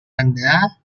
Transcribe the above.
anda